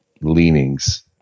leanings